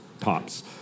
tops